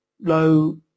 low